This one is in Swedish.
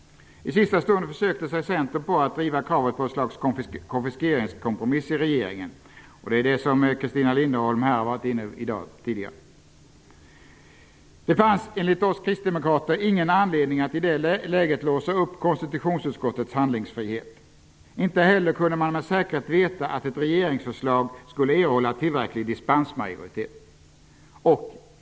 I sista stund försökte sig Centern på att driva kravet på ett slags konfiskeringskompromiss i regeringen. Det var Christina Linderholm inne på tidigare. Det fanns enligt oss kristdemokrater ingen anledning att i det läget låsa konstitutionsutskottets handlingsfrihet. Inte heller kunde man med säkerhet veta att ett regeringsförslag skulle erhålla tillräcklig dispensmajoritet.